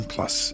Plus